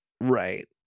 Right